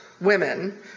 women